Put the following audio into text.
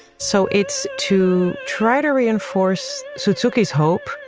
so it's to try to reinforce suzukis hope,